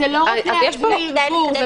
זה לא רק להבהיר, גור.